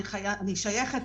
אני שייכת,